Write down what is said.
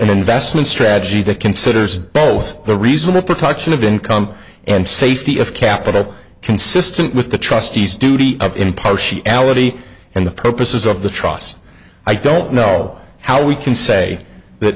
investment strategy that considers both the reason the protection of income and safety of capital consistent with the trustees duty of impartiality and the purposes of the trust i don't know how we can say that